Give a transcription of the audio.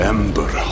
Ember